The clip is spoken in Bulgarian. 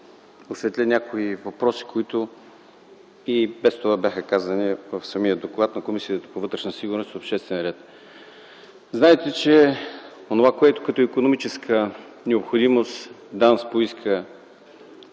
осветля някои въпроси, които и без това бяха казани в самия доклад на Комисията по вътрешна сигурност и обществен ред. Знаете, че онова, което, като икономическа необходимост, ДАНС поиска